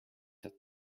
that